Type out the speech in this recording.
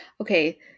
okay